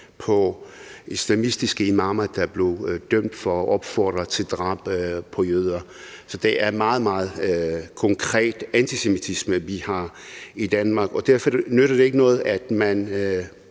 på islamistiske imamer, der er blevet dømt for at opfordre til drab på jøder. Så det er meget, meget konkret antisemitisme, vi har i Danmark, og derfor nytter det ikke noget, at man